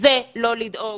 זה לא לדאוג